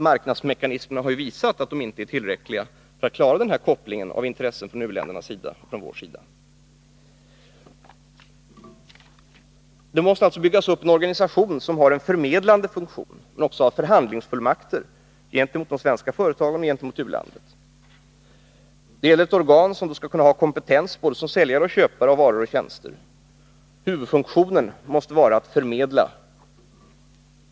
Marknadsmekanismerna har ju visat att de inte är tillräckliga för att klara denna koppling mellan intressen från u-ländernas sida och ifrån vår sida. Det måste alltså byggas upp en organisation som har en förmedlande funktion och som också har förhandlingsfullmakter gentemot de svenska företagen och gentemot u-landet. Det gäller ett organ som har kompetens 45 som både säljare och köpare av varor och tjänster. Huvudfunktionen måste vara att förmedla.